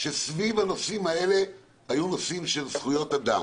כשסביב העניינים האלה היו נושאים של זכויות אדם.